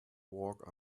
walk